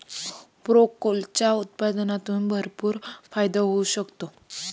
ब्रोकोलीच्या उत्पादनातून भरपूर फायदा होऊ शकतो